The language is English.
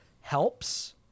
helps